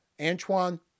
Antoine